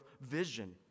vision